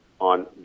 on